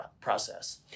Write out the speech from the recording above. process